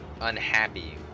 unhappy